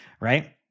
right